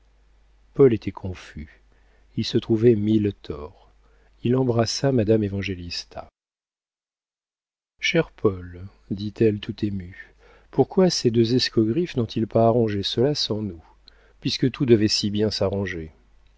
paul était confus il se trouvait mille torts il embrassa madame évangélista cher paul dit-elle tout émue pourquoi ces deux escogriffes n'ont-ils pas arrangé cela sans nous puisque tout devait si bien s'arranger